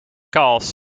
calls